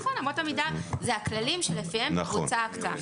נכון, אמות המידה אלה הכללים שלפיהם תבוצע ההקצאה.